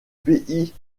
pays